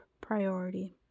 priority